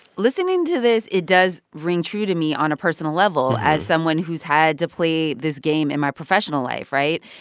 listening to this, it does ring true to me on a personal level, as someone who's had to play this game in my professional life, right?